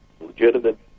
legitimate